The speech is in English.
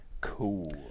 Cool